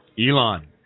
Elon